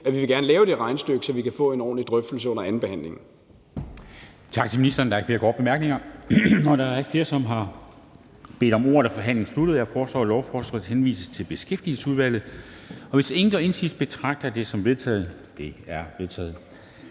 at vi gerne vil lave det regnestykke, så vi kan få en ordentlig drøftelse under andenbehandlingen. Kl. 11:09 Formanden (Henrik Dam Kristensen): Tak til ministeren. Der er ikke flere korte bemærkninger. Og da der ikke er flere, der har bedt om ordet, er forhandlingen sluttet. Jeg foreslår, at lovforslaget henvises til Beskæftigelsesudvalget. Hvis ingen gør indsigelse, betragter jeg det som vedtaget. Det er vedtaget.